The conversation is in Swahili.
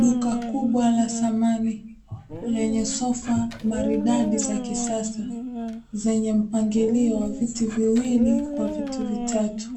Duka kubwa la samani, lenye sofa maridadi za kisasa zenye mpangilio wa viti viwili kwa viti vitatu.